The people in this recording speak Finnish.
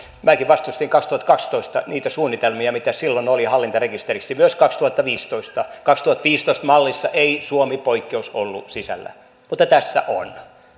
minäkin vastustin kaksituhattakaksitoista niitä suunnitelmia mitä silloin oli hallintarekisteriksi ja kaksituhattaviisitoista myös kaksituhattaviisitoista mallissa ei suomi poikkeus ollut sisällä mutta tässä on